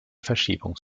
verschiebung